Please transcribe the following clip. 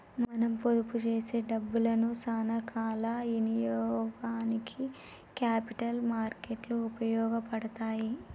మనం పొదుపు చేసే డబ్బులను సానా కాల ఇనియోగానికి క్యాపిటల్ మార్కెట్ లు ఉపయోగపడతాయి